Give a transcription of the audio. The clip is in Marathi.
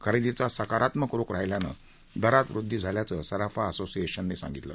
खरेदीचा सकारात्मक रोख राहिल्यानं दरात वृद्धी झाल्याचं सराफा असोसिएशननं सांगितलं